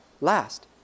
Last